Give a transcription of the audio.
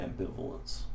ambivalence